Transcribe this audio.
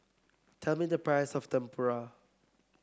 tell me the price of Tempura